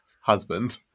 husband